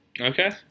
Okay